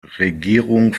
regierung